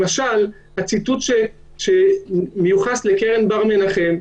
למשל הציטוט שמיוחס לקרן בר מנחם,